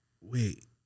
wait